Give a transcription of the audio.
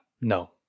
no